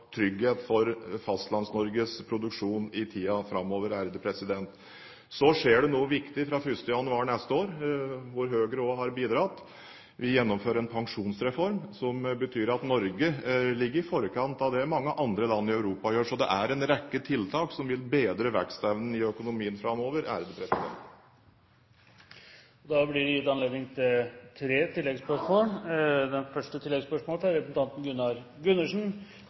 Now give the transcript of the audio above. trygghet for Fastlands-Norges produksjon i tiden framover. Så skjer det noe viktig fra 1. januar neste år, hvor Høyre også har bidratt. Vi gjennomfører en pensjonsreform, som betyr at Norge ligger i forkant i forhold til mange andre land i Europa. Det er en rekke tiltak som vil bedre vekstevnen i økonomien framover. Det blir tre oppfølgingsspørsmål – først Gunnar Gundersen. Det